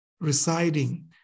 residing